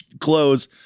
clothes